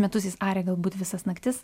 metus jis aria galbūt visas naktis